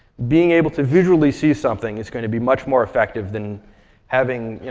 being able to visually see something is going to be much more effective than having,